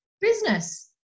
business